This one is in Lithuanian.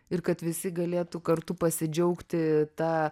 ir visi galėtų kartu pasidžiaugti ta